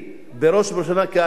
בראש וראשונה כאדם,